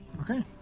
Okay